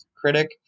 critic